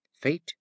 FATE